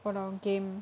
我懂 game